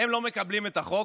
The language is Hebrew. הם לא מקבלים את החוק?